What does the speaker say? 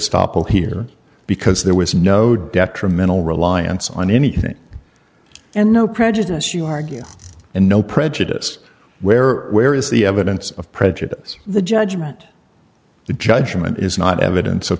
stoppel here because there was no detrimental reliance on anything and no prejudice you argue and no prejudice where or where is the evidence of prejudice the judgment the judgment is not evidence of